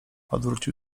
odwrócił